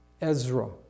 Ezra